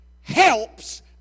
helps